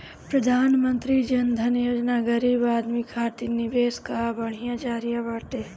प्रधानमंत्री जन धन योजना गरीब आदमी खातिर निवेश कअ बढ़िया जरिया बाटे